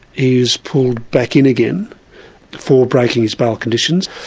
he's pulled back in again for breaking his bail conditions,